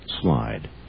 slide